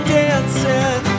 dancing